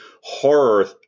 horror